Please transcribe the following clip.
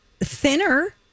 thinner